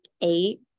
eight